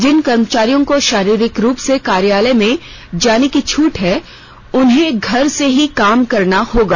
जिन कर्मचारियों को षारिरीक रूप से कार्यालय में जाने की छूट है उन्हें घर से ही काम करना होगा